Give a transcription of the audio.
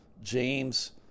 James